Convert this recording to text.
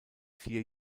vier